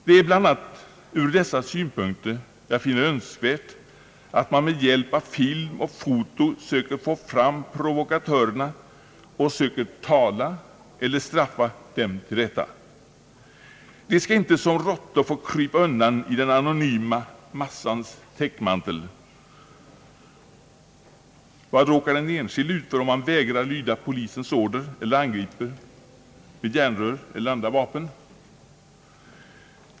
Det är bl.a. ur dessa synpunkter jag finner det önskvärt att man med hjälp av film och foto söker få fram provokatörerna och försöker tala eller straffa dem till rätta. De skall inte som råttor få krypa undan i den anonyma massans täckmantel. Vad råkar den enskilde ut för, om han vägrar lyda polisens order och angriper med järnrör eller andra vapen?